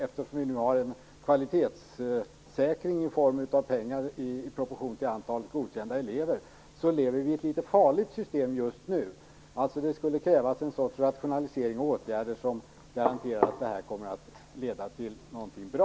Eftersom vi har en kvalitetssäkring i form av pengar i proportion till antalet godkända elever lever vi med ett litet farligt system just nu. Det skulle krävas ett slags rationalisering och åtgärder som garanterar att det här kommer att leda till någonting bra.